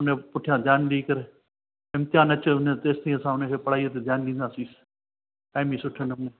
उन पुठिया ध्यानु ॾेई करे इम्तिहान अचे तेसि तई असां उनखे पढ़ाई ते ध्यानु ॾींदासीं ओ बि सुठे नमूने